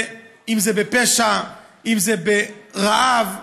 אם זה בפשע, אם זה ברעב,